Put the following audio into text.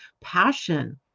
Passion